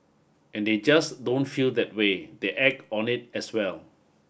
and they just don't feel that way they act on it as well